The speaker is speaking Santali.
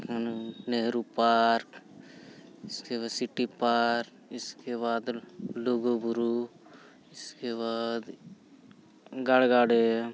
ᱱᱮᱦᱨᱩ ᱯᱟᱨᱠ ᱤᱥᱠᱮᱵᱟᱫ ᱥᱤᱴᱤ ᱯᱟᱨᱠ ᱤᱥᱠᱮᱵᱟᱫ ᱞᱩᱜᱩ ᱵᱩᱨᱩ ᱤᱥᱠᱮᱵᱟᱫ ᱜᱟᱲᱜᱟ ᱰᱮᱢ